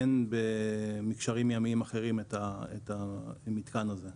אין במקשרים ימיים אחרים את המתקן הזה,